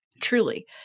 truly